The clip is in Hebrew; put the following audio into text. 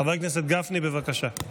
חבר הכנסת גפני, בבקשה.